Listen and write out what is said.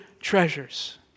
treasures